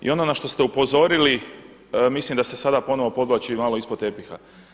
I ono na što ste upozorili mislim da se sada ponovno podvlači malo ispod tepiha.